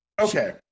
Okay